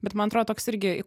bet man atrodo toks irgi